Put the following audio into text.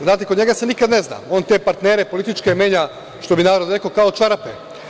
Znate, kod njega se nikada ne zna, on te partnere političke menja, što bi narod rekao, kao čarape.